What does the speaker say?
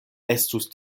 estus